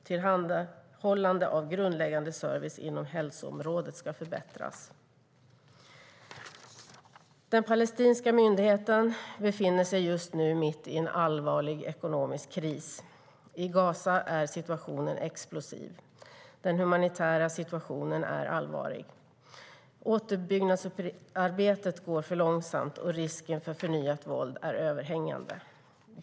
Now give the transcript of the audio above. Tillhandahållande av grundläggande service inom hälsoområdet ska förbättras. Den palestinska myndigheten befinner sig nu mitt i en allvarlig ekonomisk kris. I Gaza är situationen explosiv. Den humanitära situationen är allvarlig. Återuppbyggnadsarbetet går för långsamt och risken för förnyat våld är överhängande.